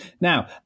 now